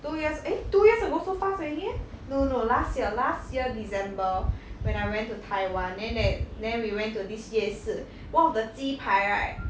two years eh two years ago so fast already meh no no no last year last year december when I went to taiwan then they then we went to this 夜市 one of the 鸡排 right